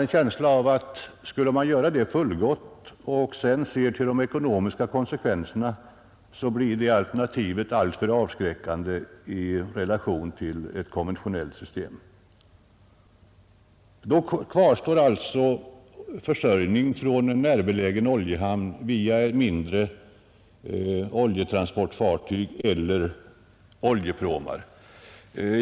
Men ser man till kostnaderna för en fullgod isolering har jag en känsla av att det alternativet kommer att bli alltför avskräckande i relation till ett konventionellt system. Då kvarstår alltså försörjning från en närbelägen oljehamn via mindre oljetransportfartyg eller oljepråmar.